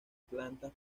plantas